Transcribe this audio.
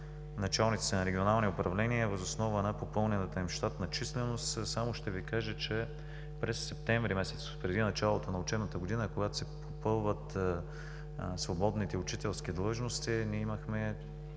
началниците на регионални управления въз основана попълнената им щатна численост. Само ще Ви кажа, че през месец септември, преди началото на учебната година, когато се попълват свободните учителски длъжности, ние имахме